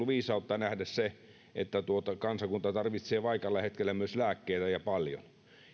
viisautta nähdä se että kansakunta tarvitsee vaikealla hetkellä myös lääkkeitä ja paljon